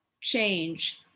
change